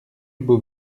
beau